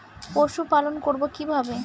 পশুপালন করব কিভাবে?